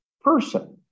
person